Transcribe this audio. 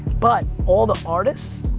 but all the artists,